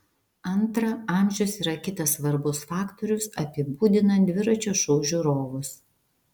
antra amžius yra kitas svarbus faktorius apibūdinant dviračio šou žiūrovus